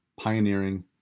pioneering